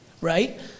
right